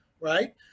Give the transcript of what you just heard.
Right